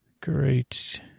Great